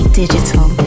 digital